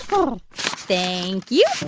so thank you.